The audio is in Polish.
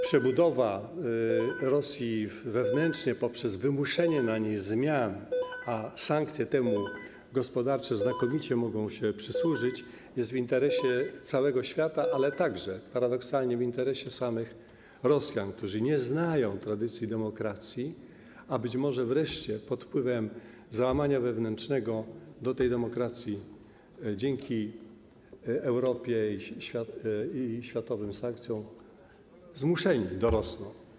Przebudowa Rosji wewnętrznie poprzez wymuszenie na niej zmian, a sankcje gospodarcze znakomicie mogą się temu przysłużyć, jest w interesie całego świata, ale także, paradoksalnie, w interesie samych Rosjan, którzy nie znają tradycji demokracji, a być może wreszcie pod wpływem załamania wewnętrznego do tej demokracji dzięki Europie i światowym sankcjom - zmuszeni - dorosną.